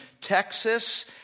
Texas